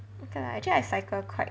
okay lah actually I cycle quite